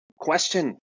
question